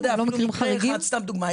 לא יודע, אני מביא מקרה אחד סתם לדוגמה.